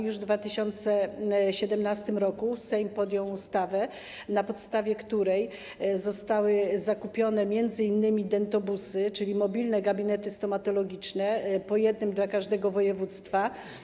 Już w 2017 r. Sejm podjął ustawę, na podstawie której zostały zakupione m.in. dentobusy, czyli mobilne gabinety stomatologiczne, po jednym dla każdego województwa.